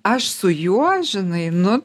aš su juo žinai nu